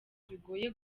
bigoye